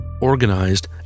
organized